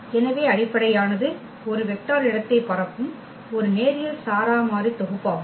எனவே அடிப்படையானது ஒரு வெக்டர் இடத்தை பரப்பும் ஒரு நேரியல் சாரா மாறி தொகுப்பாகும்